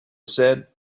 said